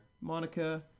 Monica